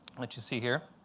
which you see here.